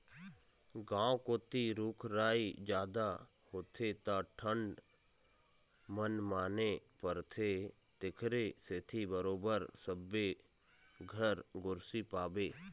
गाँव कोती रूख राई जादा होथे त ठंड मनमाने परथे तेखरे सेती बरोबर सबे घर गोरसी पाबे